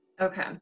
Okay